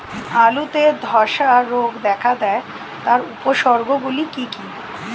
আলুতে ধ্বসা রোগ দেখা দেয় তার উপসর্গগুলি কি কি?